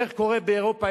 איך קורה באירופה,